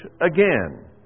again